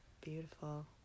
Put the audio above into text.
beautiful